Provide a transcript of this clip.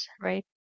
right